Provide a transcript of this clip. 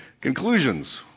Conclusions